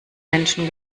menschen